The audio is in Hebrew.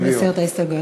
הוא מסיר את ההסתייגויות.